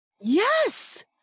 Yes